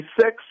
six